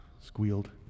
squealed